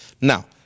Now